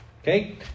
Okay